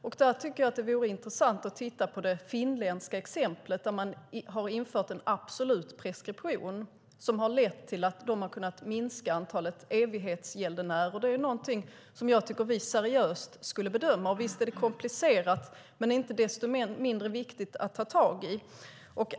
Jag tycker att det vore intressant att titta på det finländska exemplet, där de har infört en absolut preskription som har lett till att de har kunnat minska antalet evighetsgäldenärer. Det är någonting som jag tycker att vi seriöst skulle bedöma. Visst är det komplicerat, men det är inte desto mindre viktigt att ta tag i.